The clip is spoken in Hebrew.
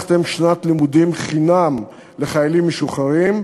הבטחתם שנת לימודים חינם לחיילים משוחררים,